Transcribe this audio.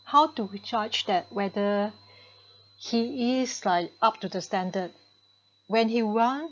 how to we judge that whether he is like up to the standard when he want